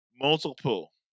Multiple